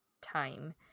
time